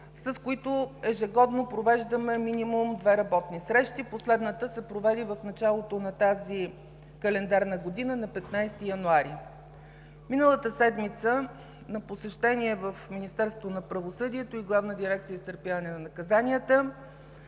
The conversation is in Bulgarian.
с които ежегодно провеждаме минимум две работни срещи. Последната се проведе в началото на тази календарна година – на 15 януари. Миналата седмица на посещение в Министерството на правосъдието и Главна дирекция „Изпълнение на наказанията“